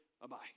Bye-bye